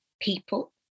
people